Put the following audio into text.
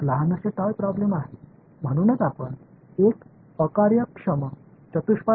எனவே இந்த சிக்கலில் இது மிகச் சிறிய பொம்மை பிரச்சினை